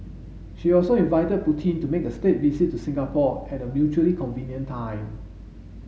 she also invited Putin to make a state visit to Singapore at a mutually convenient time